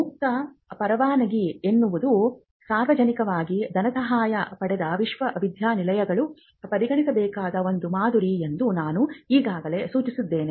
ಮುಕ್ತ ಪರವಾನಗಿ ಎನ್ನುವುದು ಸಾರ್ವಜನಿಕವಾಗಿ ಧನಸಹಾಯ ಪಡೆದ ವಿಶ್ವವಿದ್ಯಾಲಯಗಳು ಪರಿಗಣಿಸಬೇಕಾದ ಒಂದು ಮಾದರಿ ಎಂದು ನಾನು ಈಗಾಗಲೇ ಸೂಚಿಸಿದ್ದೇನೆ